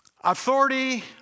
authority